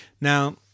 Now